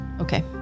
Okay